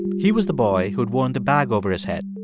he was the boy who had worn the bag over his head.